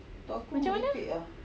macam mana